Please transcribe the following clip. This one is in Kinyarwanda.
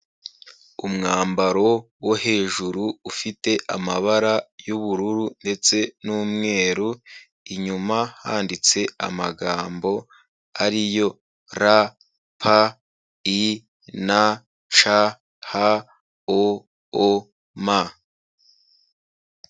Umwambaro wo hejuru ufite amabara y'ubururu ndetse n'umweru, inyuma handitse amagambo ariyo: r,p, i, n, c, h, o, o, m.